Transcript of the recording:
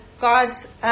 God's